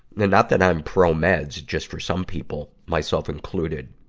and not that i'm pro-meds. just for some people, myself included,